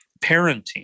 parenting